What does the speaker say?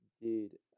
indeed